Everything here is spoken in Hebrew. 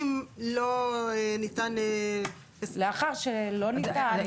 אם לא ניתן --- לאחר שלא ניתן.